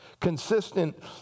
consistent